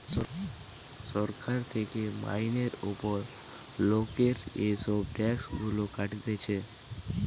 সরকার থেকে মাইনের উপর লোকের এসব ট্যাক্স গুলা কাটতিছে